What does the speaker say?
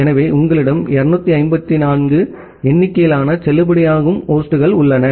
எனவே உங்களிடம் 254 எண்ணிக்கையிலான செல்லுபடியாகும் ஹோஸ்ட்கள் உள்ளன